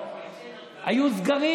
היו סגרים.